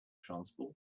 transport